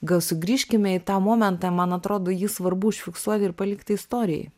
gal sugrįžkime į tą momentą man atrodo jį svarbu užfiksuoti ir palikti istorijai